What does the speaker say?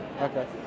Okay